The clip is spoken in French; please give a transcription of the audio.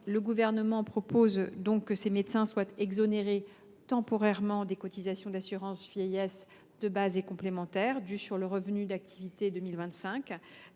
Le Gouvernement propose donc que ces médecins soient exonérés temporairement des cotisations d’assurance vieillesse de base et complémentaires dues sur les revenus d’activité de 2025,